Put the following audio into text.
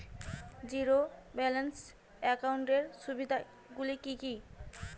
Zero balance একাউন্টের সুবিধা গুলি কি কি?